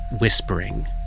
whispering